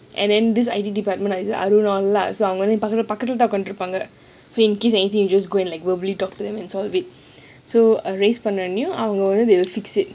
and then this I_T department is arun all lah so I'm பக்கத்துல தான் உக்காந்து இருப்பாங்க:pakkathula thaan ukkaanthu iruppaanga so incase anything you just and like verbally talk to them and solve it so raise பண்ணின::annina they will fix it